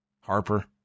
Harper